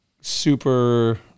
super